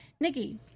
Nikki